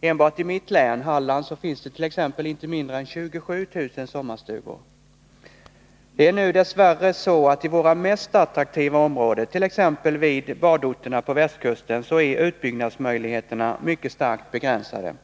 Enbart i mitt län Halland finns inte mindre än 27 000 sommarstugor. Det är dess värre så att i våra mest attraktiva områden, t.ex. vid badorterna på västkusten, är utbyggnadsmöjligheterna mycket starkt begränsade.